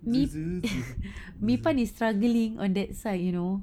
mi mi pan is struggling on that side you know